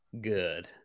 good